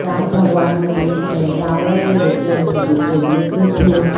राम भॻवान जे ऐं रावण जे विच में जेको युद्ध थियो